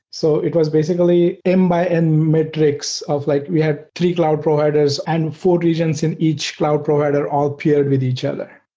so it was basically m by n matrix of like we have three cloud providers and four regions in each cloud provider all paired with each other.